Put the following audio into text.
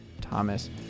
thomas